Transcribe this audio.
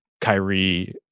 Kyrie